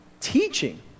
teaching